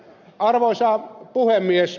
arvoisa puhemies